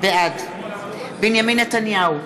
בעד בנימין נתניהו,